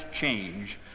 change